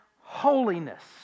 holiness